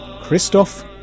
Christoph